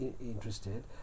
interested